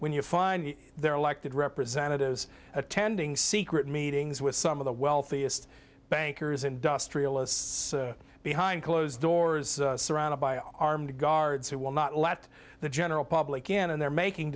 when you find their elected representatives attending secret meetings with some of the wealthiest bankers industrialists behind closed doors surrounded by armed guards who will not let the general public in and they're making